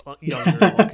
younger